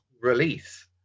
release